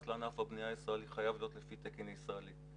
לענף הבנייה הישראלי חייב להיות לפי תקן ישראלי.